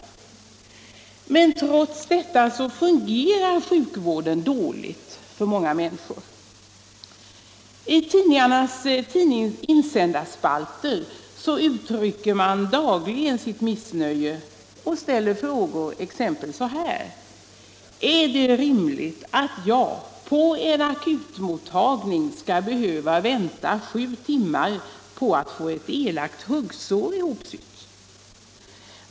Men trots detta fungerar sjukvården dåligt för många människor. I tidningarnas insändarspalter uttrycker man dagligen sitt missnöje och ställer frågor av följande typ: Är det rimligt att jag på en akutmottagning skall behöva vänta sju timmar på att få ett elakt huggsår ihopsytt?